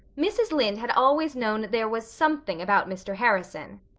mrs. lynde had always known there was something about mr. harrison!